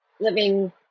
living